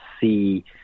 see